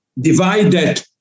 divided